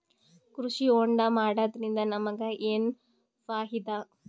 ಕೃಷಿ ಹೋಂಡಾ ಮಾಡೋದ್ರಿಂದ ನಮಗ ಏನ್ ಫಾಯಿದಾ?